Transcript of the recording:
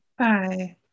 -bye